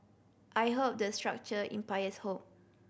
I hope the structure hope